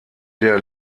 der